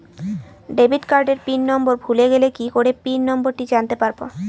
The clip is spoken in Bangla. ডেবিট কার্ডের পিন নম্বর ভুলে গেলে কি করে পিন নম্বরটি জানতে পারবো?